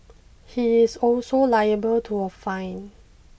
he is also liable to a fine